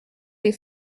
les